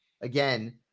again